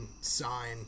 sign